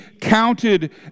counted